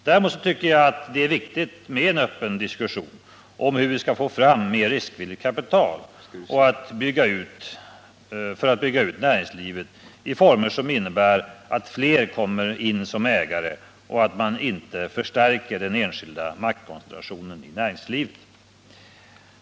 Däremot tycker jag att det är viktigt med en öppen diskussion om hur vi skall få fram mer riskvilligt kapital för att bygga ut näringslivet i former som innebär att flera kommer in som ägare, att man minskar maktkoncentrationen i näringslivet.